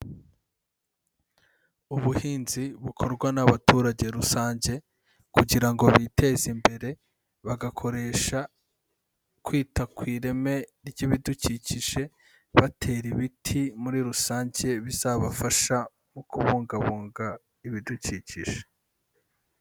Ubuhinzi bukorwa n'abaturage rusange kugira ngo biteze imbere, bagakoresha kwita ku ireme ry'ibidukikije batera ibiti muri rusange bizabafasha mu kubungabunga ibidukikije.